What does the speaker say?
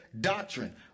doctrine